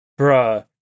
bruh